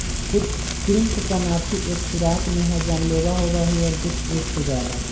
कुछ कृन्तकनाशी एक खुराक में ही जानलेवा होबा हई और कुछ एक से ज्यादा